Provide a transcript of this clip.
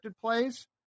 plays